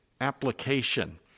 application